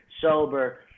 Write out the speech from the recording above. sober